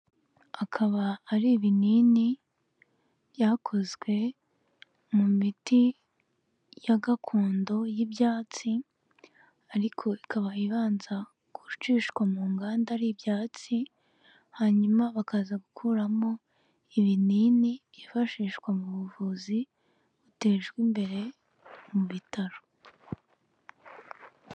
Akaba ari ibinini byakozwe mu miti ya gakondo y'ibyatsi ariko ikaba ibanza gucishwa mu nganda ari ibyatsi, hanyuma bakaza gukuramo ibinini byifashishwa mu buvuzi butejwe imbere mu bitaro.